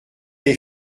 les